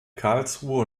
karlsruhe